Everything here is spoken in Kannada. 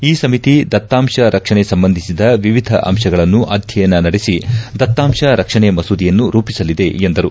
ಈ ಸಮಿತಿ ದತ್ತಾಂಶ ರಕ್ಷಣೆ ಸಂಬಂಧಿಸಿದ ವಿವಿಧ ಅಂಶಗಳನ್ನು ಆಧ್ಯಯನ ನಡೆಸಿ ದತ್ತಾಂಶ ರಕ್ಷಣೆ ಮಸೂದೆಯನ್ನು ರೂಪಿಸಲಿದೆ ಎಂದರು